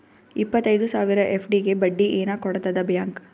ಇಪ್ಪತ್ತೈದು ಸಾವಿರ ಎಫ್.ಡಿ ಗೆ ಬಡ್ಡಿ ಏನ ಕೊಡತದ ಬ್ಯಾಂಕ್?